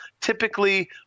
typically